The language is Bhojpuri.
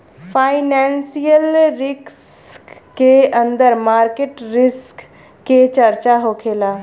फाइनेंशियल रिस्क के अंदर मार्केट रिस्क के चर्चा होखेला